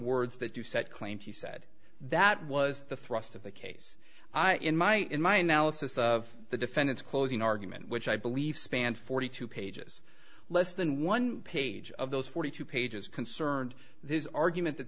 words that you said claimed he said that was the thrust of the case in my in my analysis of the defendant's closing argument which i believe spanned forty two pages less than one page of those forty two pages concerned this argument that